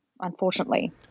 unfortunately